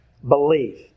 Belief